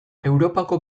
europako